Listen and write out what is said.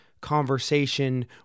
conversation